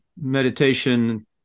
Meditation